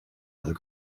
other